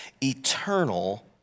eternal